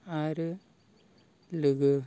आरो लोगो